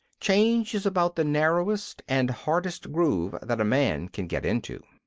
change is about the narrowest and hardest groove that a man can get into.